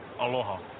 aloha